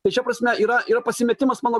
tai šia prasme yra yra pasimetimas mano